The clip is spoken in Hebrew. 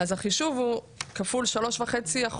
אז החישוב הוא כפול 3.5%,